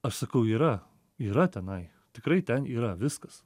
aš sakau yra yra tenai tikrai ten yra viskas